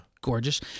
gorgeous